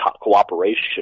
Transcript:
cooperation